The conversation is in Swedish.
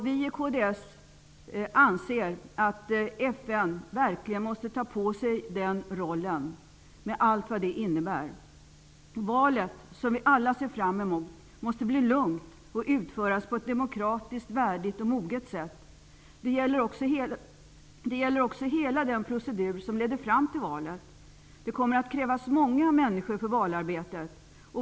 Vi i Kds anser att FN verkligen måste ta på sig den rollen med allt vad det innebär. Valet, som vi alla ser fram emot, måste bli lugnt och utföras på ett demokratiskt, värdigt och moget sätt. Det gäller också hela den procedur som leder fram till valet. Det kommer att krävas många människor för valarbetet.